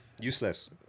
Useless